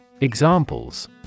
Examples